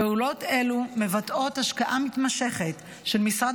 פעולות אלו מבטאות השקעה מתמשכת של משרד